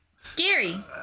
Scary